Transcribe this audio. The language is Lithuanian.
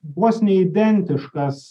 vos ne identiškas